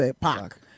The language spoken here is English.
park